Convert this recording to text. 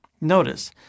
Notice